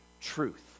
truth